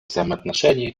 взаимоотношений